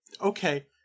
Okay